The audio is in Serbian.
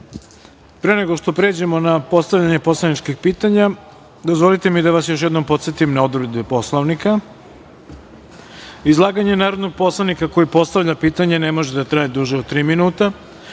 nego što pređemo na postavljanje poslaničkih pitanja, dozvolite mi da vas još jednom podsetim na odredbe Poslovnika. Izlaganje narodnog poslanika koji postavlja pitanje ne može da traje duže od tri minuta.